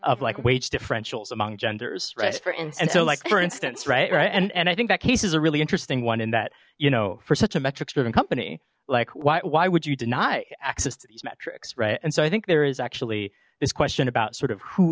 of like wage differentials among genders right and so like for instance right right and and i think that case is a really interesting one in that you know for such a metrics driven company like why would you deny access to these metrics right and so i think there is actually this question about sort of who